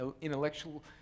intellectual